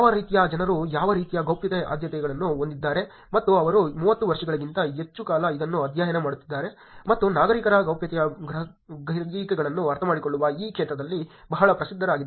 ಯಾವ ರೀತಿಯ ಜನರು ಯಾವ ರೀತಿಯ ಗೌಪ್ಯತೆ ಆದ್ಯತೆಗಳನ್ನು ಹೊಂದಿದ್ದಾರೆ ಮತ್ತು ಅವರು 30 ವರ್ಷಗಳಿಗಿಂತ ಹೆಚ್ಚು ಕಾಲ ಇದನ್ನು ಅಧ್ಯಯನ ಮಾಡುತ್ತಿದ್ದಾರೆ ಮತ್ತು ನಾಗರಿಕರ ಗೌಪ್ಯತೆಯ ಗ್ರಹಿಕೆಗಳನ್ನು ಅರ್ಥಮಾಡಿಕೊಳ್ಳುವ ಈ ಕ್ಷೇತ್ರದಲ್ಲಿ ಬಹಳ ಪ್ರಸಿದ್ಧರಾಗಿದ್ದಾರೆ